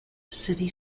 city